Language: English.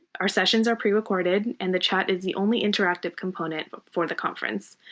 our sessions are pre-recorded, and the chat is the only interactive component but for the conference.